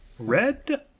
Red